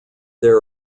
there